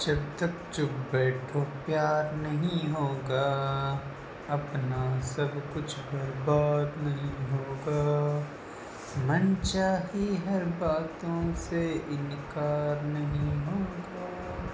जब तक चुप बैठो प्यार नहीं होगा अपना सब कुछ बर्बाद नहीं होगा मन चाही हर बातों से इनकार नहीं होगा